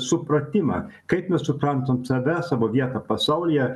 supratimą kaip mes suprantam save savo vietą pasaulyje